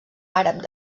àrab